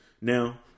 Now